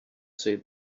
say